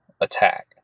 attack